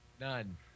None